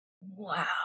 Wow